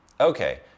Okay